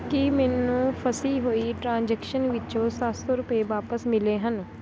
ਕੀ ਮੈਨੂੰ ਫਸੀ ਹੋਈ ਟਰਾਂਜੈਕਸ਼ਨ ਵਿਚੋਂ ਸੱਤ ਸੌ ਰੁਪਏ ਵਾਪਸ ਮਿਲੇ ਹਨ